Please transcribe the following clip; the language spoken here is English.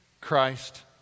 Christ